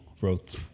wrote